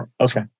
Okay